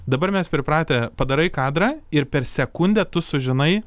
dabar mes pripratę padarai kadrą ir per sekundę tu sužinai